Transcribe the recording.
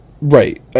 right